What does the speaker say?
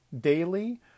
daily